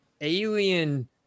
alien